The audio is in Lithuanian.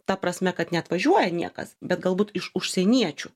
ta prasme kad neatvažiuoja niekas bet galbūt iš užsieniečių